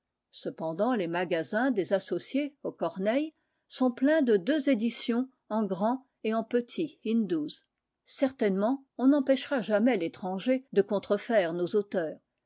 cependant les magasins des associés au corneille sont pleins de deux éditions en grand et en petit in douze certainement on n'empêchera jamais l'étranger de contrefaire nos auteurs